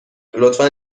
لطفا